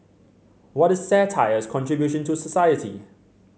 what is satire's contribution to society